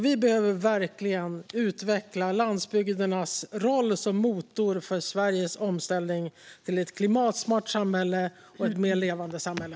Vi behöver verkligen utveckla landsbygdernas roll som motor för Sveriges omställning till ett klimatsmart och mer levande samhälle.